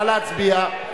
נא להצביע.